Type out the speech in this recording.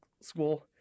school